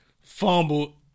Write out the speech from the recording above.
fumbled